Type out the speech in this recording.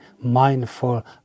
mindful